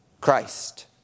Christ